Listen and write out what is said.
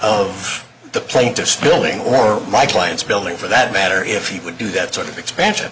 of the plaintiff's building or my client's building for that matter if you would do that sort of expansion